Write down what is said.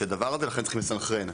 לכן צריך לסנכרן.